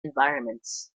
environments